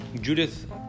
Judith